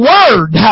Word